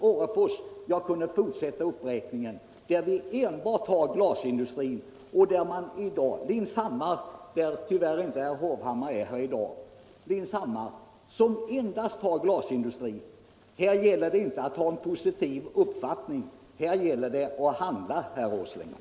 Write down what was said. Orrefors och Lindshammar? Jag kunde fortsätta uppräkningen. I 1. ex. Lindshammar — tyvärr är inte herr Hovhammar här i dag — finns det enbart glasindustri. Här gäller det inte att ha en positiv uppfattning — här gäller det avt handta, herr Åsling!